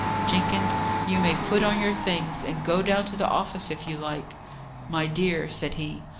jenkins, you may put on your things, and go down to the office if you like my dear said he,